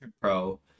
pro